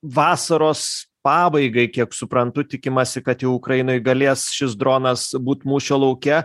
vasaros pabaigai kiek suprantu tikimasi kad jau ukrainoj galės šis dronas būt mūšio lauke